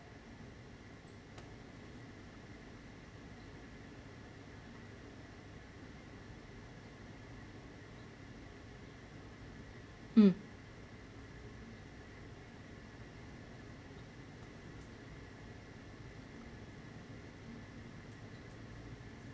um